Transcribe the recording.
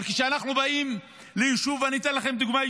אבל כשאנחנו באים ליישוב, ואני אתן לכם דוגמה.